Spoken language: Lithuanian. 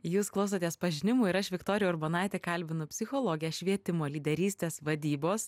jūs klausotės pažinimų ir aš viktorija urbonaitė kalbinu psichologę švietimo lyderystės vadybos